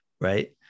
right